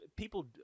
People